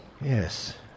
Yes